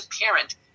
parent